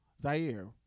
Zaire